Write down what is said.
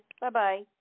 Bye-bye